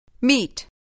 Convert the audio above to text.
Meet